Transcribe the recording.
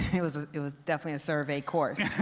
it was it was definitely a survey course.